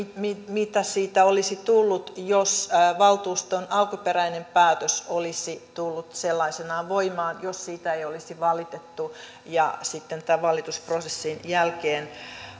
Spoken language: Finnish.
mitä siitä olisi tullut jos valtuuston alkuperäinen päätös olisi tullut sellaisenaan voimaan jos siitä ei olisi valitettu ja sitten tämän valitusprosessin jälkeen